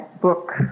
book